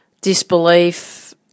disbelief